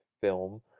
film